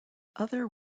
other